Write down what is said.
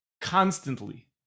constantly